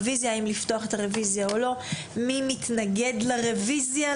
מי מתנגד לרוויזיה?